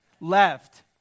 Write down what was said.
left